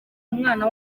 mwana